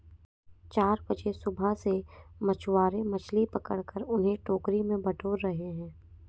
चार बजे सुबह से मछुआरे मछली पकड़कर उन्हें टोकरी में बटोर रहे हैं